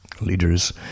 leaders